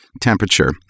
temperature